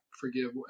forgive